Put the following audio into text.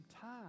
time